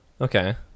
Okay